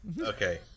Okay